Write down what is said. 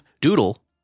Doodle